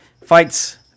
fights